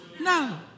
No